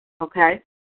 Okay